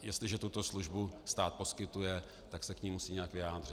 Jestliže tuto službu stát poskytuje, tak se k ní musí nějak vyjádřit.